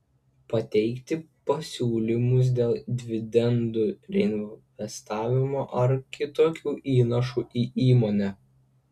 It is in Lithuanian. pateikti pasiūlymus dėl dividendų reinvestavimo ar kitokių įnašų į įmonę